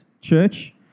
Church